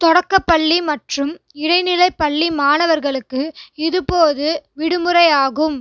தொடக்கப்பள்ளி மற்றும் இடைநிலைப் பள்ளி மாணவர்களுக்கு இது பொது விடுமுறை ஆகும்